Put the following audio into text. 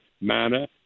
manner